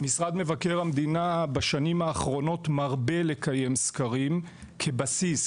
משרד מבקר המדינה בשנים האחרונות מרבה לקיים סקרים כבסיס,